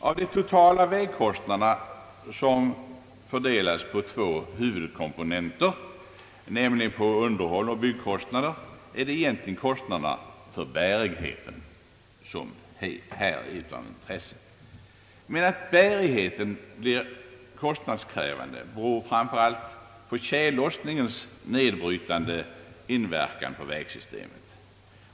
Av de totala vägkostnaderna som fördelas på två huvudkomponenter, nämligen underhåll och byggkostnader, är det egentligen kostnaderna för bärigheten som här har intresse. Men att bärigheten blir kostnadskrävande beror framför allt av tjällossningens nedbrytande inverkan på vägsystemet.